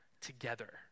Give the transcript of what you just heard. together